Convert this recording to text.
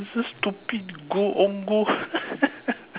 it's a stupid goal own goal